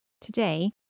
today